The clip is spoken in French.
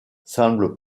semblent